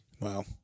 Wow